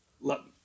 Look